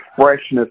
freshness